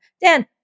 Dan